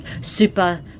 super